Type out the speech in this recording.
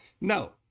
No